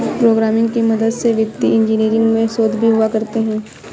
programming की मदद से वित्तीय इन्जीनियरिंग में शोध भी हुआ करते हैं